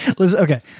Okay